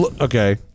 Okay